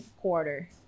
quarter